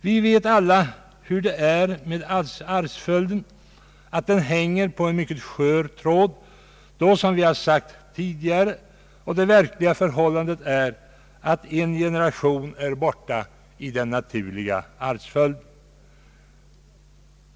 Vi vet alla att arvsföljden hänger på en mycket skör tråd. Som vi har sagt tidigare är det verkliga förhållandet att en generation är borta i den naturliga arvsföljden.